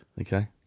Okay